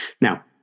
Now